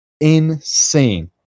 insane